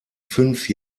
fünf